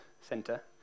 center